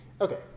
Okay